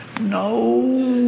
No